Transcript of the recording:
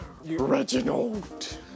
Reginald